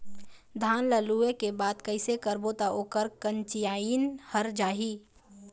धान ला लुए के बाद कइसे करबो त ओकर कंचीयायिन हर जाही?